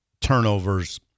turnovers